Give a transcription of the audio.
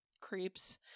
creeps